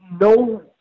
no